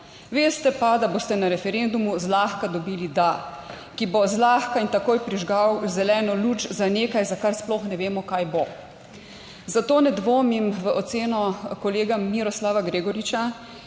Veste pa, da boste na referendumu zlahka dobili da, ki bo zlahka in takoj prižgal zeleno luč za nekaj, za kar sploh ne vemo, kaj bo. Zato ne dvomim v oceno kolega Miroslava Gregoriča,